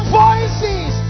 voices